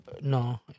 No